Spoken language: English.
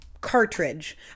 cartridge